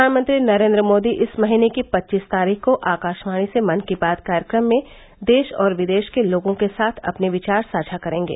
प्रधानमंत्री नरेंद्र मोदी इस महीने की पच्चीस तारीख को आकाशवाणी से मन की बात कार्यक्रम में देश और विदेश के लोगों के साथ अपने विचार साझा करेंगे